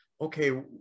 okay